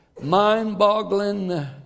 Mind-boggling